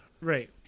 Right